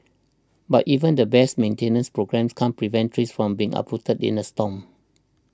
but even the best maintenance programme can't prevent trees from being uprooted in a storm